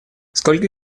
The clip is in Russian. сколько